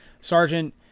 Sergeant